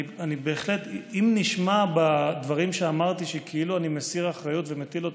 אם נשמע בדברים שאמרתי שכאילו אני מסיר אחריות ומטיל אותה,